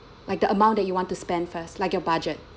like the amount that you want to spend first like your budget